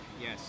yes